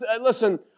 listen